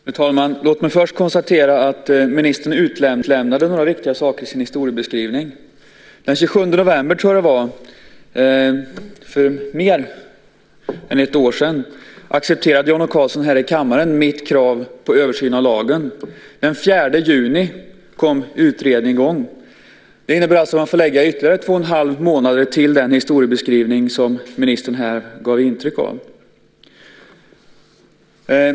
Fru talman! Låt mig först konstatera att ministern utelämnade några viktiga saker i sin historiebeskrivning. Den 27 november, för mer än ett år sedan, accepterade Jan O Karlsson här i kammaren mitt krav på översyn av lagen. Den 4 juni kom utredningen i gång. Det innebär alltså att man får lägga ytterligare 2 1⁄2 månader till den historiebeskrivning som ministern här gav uttryck för.